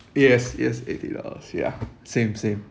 yes yes eighty dollars ya same same